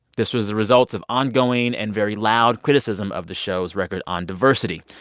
this was the result of ongoing and very loud criticism of the show's record on diversity.